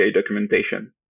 documentation